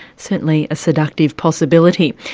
certainly a seductive possibility.